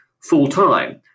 full-time